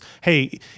Hey